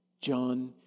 John